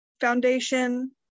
foundation